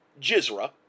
jizra